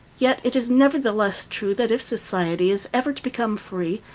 yet, it is nevertheless true that if society is ever to become free,